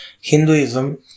Hinduism